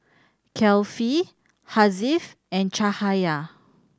Kefli Hasif and Cahaya